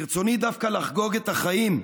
ברצוני דווקא לחגוג את החיים,